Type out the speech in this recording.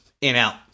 In-out